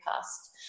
past